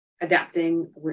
adapting